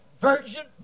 virgin